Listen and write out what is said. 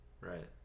Right